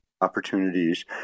opportunities